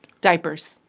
Diapers